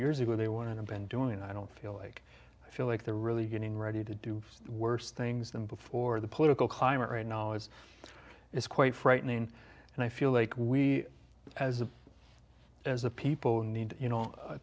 years ago they want to have been doing i don't feel like i feel like they're really getting ready to do worse things than before the political climate right knowledge is quite frightening and i feel like we as a as a people need